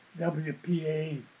WPA